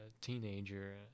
teenager